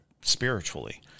spiritually